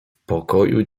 pokoju